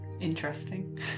Interesting